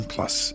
Plus